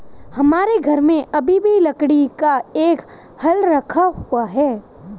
हमारे घर में अभी भी लकड़ी का एक हल रखा हुआ है